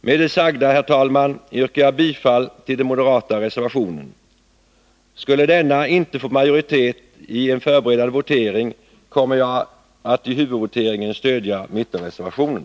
Med det sagda, herr talman, yrkar jag bifall till den moderata reservationen. Skulle denna inte få majoritet i en förberedande votering, kommer jag i huvudvoteringen att stödja mittenreservationen.